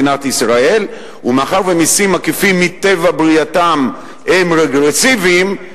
ומאחר שמסים עקיפים מטבע ברייתם הם רגרסיביים,